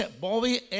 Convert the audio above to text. Bobby